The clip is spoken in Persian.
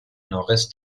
ناقص